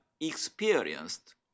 experienced